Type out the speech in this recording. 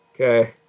Okay